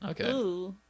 okay